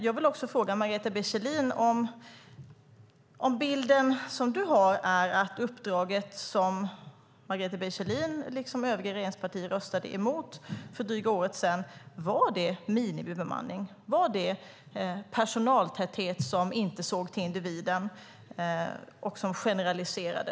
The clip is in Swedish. Jag vill också fråga Margareta B Kjellin: Är det din bild att det förslag som ditt parti och de övriga regeringspartierna röstade emot för ett drygt år sedan gällde minimibemanning? Var det ett förslag om personaltäthet som inte såg till individen och som generaliserade?